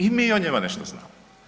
I mi o njim nešto znamo.